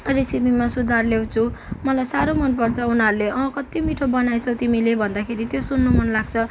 रेसिपीमा सुधार ल्याउँछु मलाई साह्रो मनपर्छ उनीहरूले अँ कत्ति मिठ्ठो बनाएछौ तिमीले भन्दाखेरि त्यो सुन्नु मन लाग्छ